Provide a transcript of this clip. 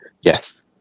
yes